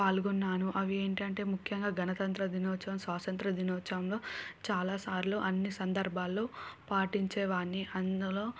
పాల్గొన్నాను అవి ఏంటంటే ముఖ్యంగా గణతంత్ర దినోత్సవం స్వాతంత్ర దినోత్సవంలో చాలాసార్లు అన్నీ సందర్భాల్లో పాటించేవాన్ని అందులో